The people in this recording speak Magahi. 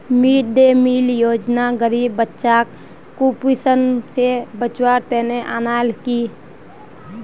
मिड डे मील योजना गरीब बच्चाक कुपोषण स बचव्वार तने अन्याल कि